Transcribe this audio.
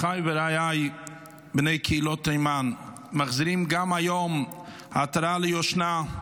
אחיי ורעיי בני קהילות תימן מחזירים עטרה ליושנה גם היום,